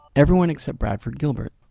everyone except bradford gilbert,